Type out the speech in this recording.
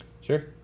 Sure